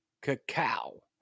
cacao